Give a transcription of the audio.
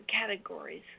categories